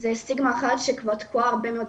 יש עוד משהו שתרצי לשתף אותנו בו,